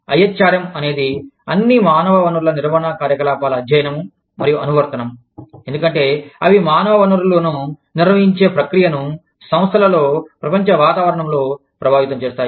I H R M అనేది అన్ని మానవ వనరుల నిర్వహణ కార్యకలాపాల అధ్యయనం మరియు అనువర్తనం ఎందుకంటే అవి మానవ వనరులను నిర్వహించే ప్రక్రియను సంస్థలలో ప్రపంచ వాతావరణంలో ప్రభావితం చేస్తాయి